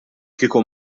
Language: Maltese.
kieku